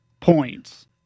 points